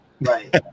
Right